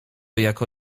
jako